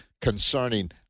concerning